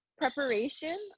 preparation